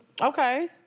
Okay